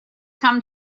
come